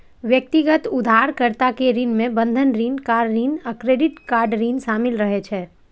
व्यक्तिगत उधारकर्ता के ऋण मे बंधक ऋण, कार ऋण आ क्रेडिट कार्ड ऋण शामिल रहै छै